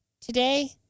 today